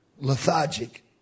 lethargic